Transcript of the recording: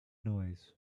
noise